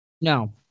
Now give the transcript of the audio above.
No